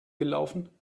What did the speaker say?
gelaufen